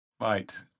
Right